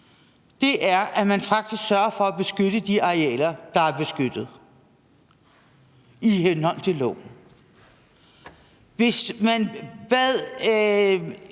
her, er, at man faktisk sørger for at beskytte de arealer, der er beskyttet i henhold til loven. Hvis man bad